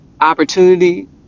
opportunity